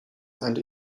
and